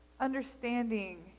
Understanding